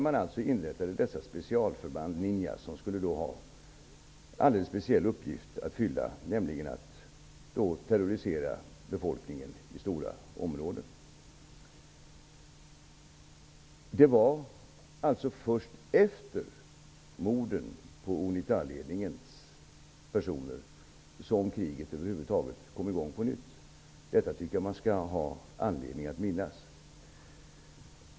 Specialförband inrättades -- s.k. Niòas -- som skulle fylla en alldeles speciell uppgift, nämligen den att terrorisera befolkningen i stora områden. Det var alltså först efter morden på personer i Unitaledningen som kriget kom i gång på nytt. Det tycker jag att det finns anledning att minnas.